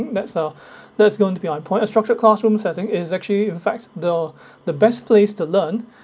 that's a that's going to be on point a structure classroom setting is actually in fact the the best place to learn